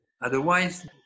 Otherwise